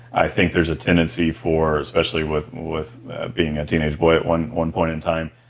i think there is a tendency for especially with with being a teenage boy at one one point in time,